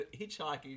hitchhiking